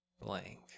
blank